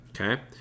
Okay